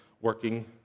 working